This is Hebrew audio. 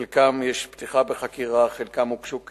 חלקם, יש פתיחה בחקירה, חלקם, הוגשו כתבי-אישום,